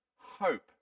hope